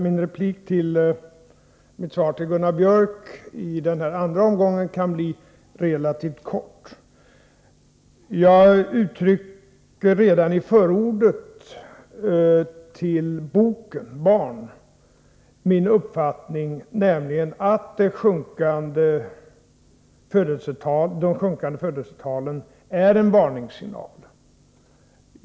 Herr talman! Mitt svar till Gunnar Biörck i Värmdö i denna andra omgång kan bli relativt kort. Jag uttrycker redan i förordet till boken ”Barn” min uppfattning, nämligen att de sjunkande födelsetalen är en varningssignal.